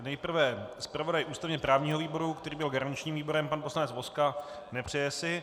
Nejprve zpravodaj ústavněprávního výboru, který byl garančním výborem, pan poslanec Vozka nepřeje si.